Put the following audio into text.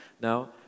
now